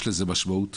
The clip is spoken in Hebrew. יש לזה משמעות.